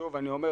שוב אני אומר,